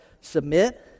Submit